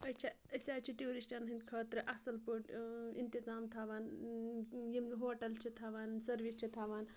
اَچھا أسۍ حظ چھِ ٹوٗرِسٹَن ہِنٛد خٲطرٕ اَصٕل پٲٹھۍ اِنتظام تھَوان یِم ہوٹَل چھِ تھَوان سٔروِس چھِ تھَوان